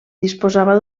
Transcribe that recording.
disposava